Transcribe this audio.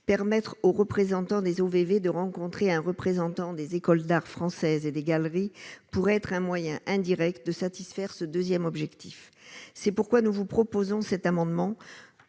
permettre aux représentants des Eaux-Vives et de rencontrer un représentant des écoles d'art français et des galeries pour être un moyen indirect de satisfaire ce 2ème objectif, c'est pourquoi nous vous proposons cet amendement